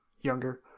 younger